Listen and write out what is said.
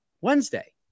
Wednesday